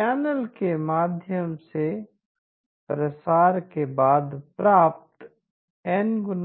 channel के माध्यम से प्रसार के बाद प्राप्त N ×